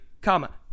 Comma